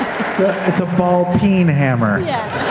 it's a ball peen hammer. yeah